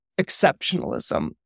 exceptionalism